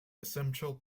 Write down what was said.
essential